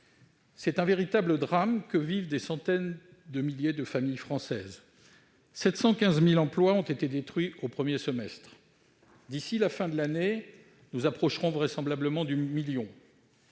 C'est un véritable drame que vivent des centaines de milliers de familles françaises : 715 000 emplois ont été détruits au premier semestre, et, d'ici à la fin de l'année, nous serons vraisemblablement non loin